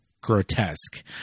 grotesque